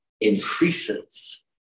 increases